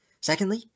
Secondly